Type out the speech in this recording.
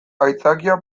aitzakia